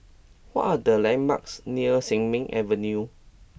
what are the landmarks near Sin Ming Avenue